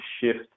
shift